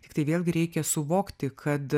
tiktai vėlgi reikia suvokti kad